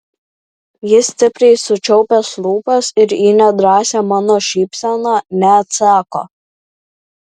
jis stipriai sučiaupęs lūpas ir į nedrąsią mano šypseną neatsako